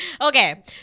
Okay